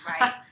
Right